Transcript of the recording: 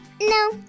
No